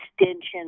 extension